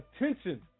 attention